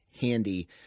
handy